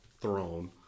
throne